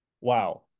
wow